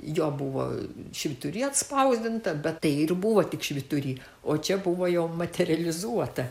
jo buvo švytury atspausdinta bet tai ir buvo tik švytury o čia buvo jau materializuota